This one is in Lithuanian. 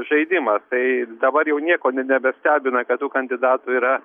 žaidimas tai dabar jau nieko nebestebina kad tų kandidatų yra